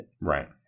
Right